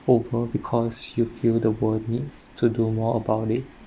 over because you feel the world needs to do more about it